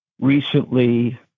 Recently